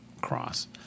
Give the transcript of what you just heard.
cross